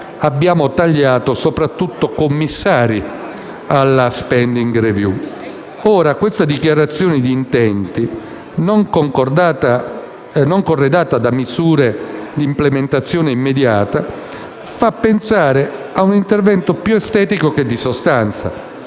abbiamo tagliato soprattutto commissari alla *spending review*; ora questa dichiarazione di intenti, non corredata da misure d'implementazione immediata, fa pensare a un intervento più estetico che di sostanza.